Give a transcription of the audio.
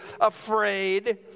afraid